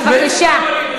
בבקשה.